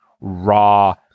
raw